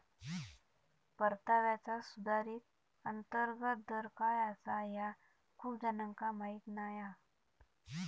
परताव्याचा सुधारित अंतर्गत दर काय आसा ह्या खूप जणांका माहीत नाय हा